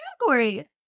category